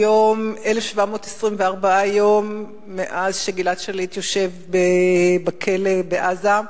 היום 1,724 יום מאז שגלעד שליט יושב בכלא בעזה.